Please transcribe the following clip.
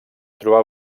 trobar